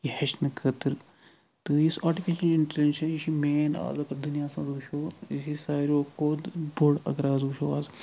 یہِ ہیٚچھنہٕ خٲطرٕ تہٕ یُس آٹِفِشَل یہِ چھِ مین اگر دُنیاہَس مَنٛز وٕچھو یہِ چھِ ساروِیو کھۄتہٕ بوٚڈ اگر آز وٕچھو آز